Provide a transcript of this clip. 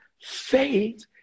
faith